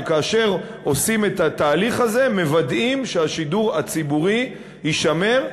שכאשר עושים את התהליך הזה מוודאים שהשידור הציבורי יישמר.